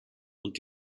und